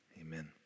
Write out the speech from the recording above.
Amen